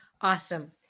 Awesome